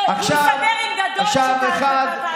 והוא יסדר עם, שאתה תעלה לו את זה.